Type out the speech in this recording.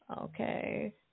Okay